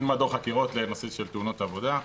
מדור חקירות לנושא של תאונות עבודה.